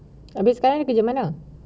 habis sekarang dia kerja mana